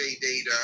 data